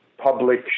public